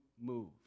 move